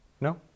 No